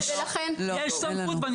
יש, יש סמכות.